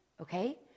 Okay